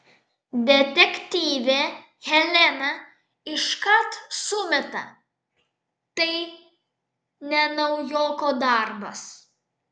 detektyvė helena iškart sumeta tai ne naujoko darbas